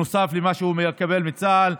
נוסף למה שהוא מקבל מצה"ל.